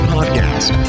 Podcast